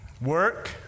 Work